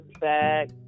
back